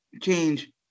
change